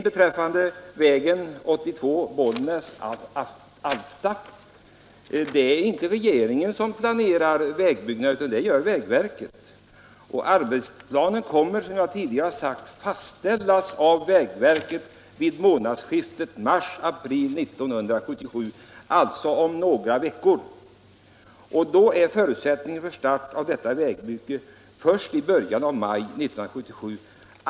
Beträffande väg 82 mellan Bollnäs och Alfta vill jag säga att det inte är regeringen som planerar vägbyggandet, utan det gör vägverket. Arbetsplanen kommer, som jag tidigare har sagt, att fastställas av vägverket vid månadsskiftet mars-april 1977, alltså om några veckor. Då föreligger förutsättningen för start av detta vägbygge först i början av maj 1977.